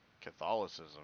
Catholicism